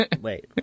wait